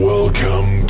Welcome